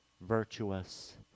virtuous